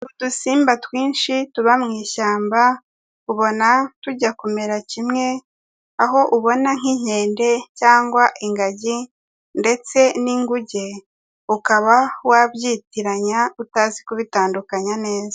Udusimba twinshi tuba mu ishyamba ubona tujya kumera kimwe, aho ubona nk'inkende cyangwa ingagi ndetse n'inguge, ukaba wabyitiranya utazi kubitandukanya neza.